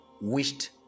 wished